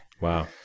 Wow